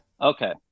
Okay